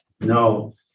no